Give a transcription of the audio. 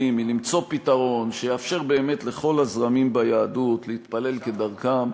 היא למצוא פתרון שיאפשר באמת לכל הזרמים ביהדות להתפלל כדרכם,